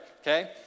okay